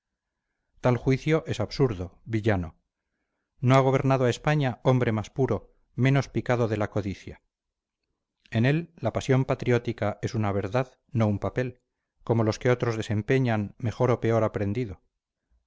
tal juicio es absurdo villano no ha gobernado a españa hombre más puro menos picado de la codicia en él la pasión patriótica es una verdad no un papel como los que otros desempeñan mejor o peor aprendido